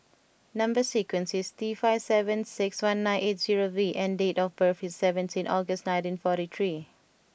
number sequence is T five seven six one nine eight zero V and date of birth is seventeen August nineteen forty three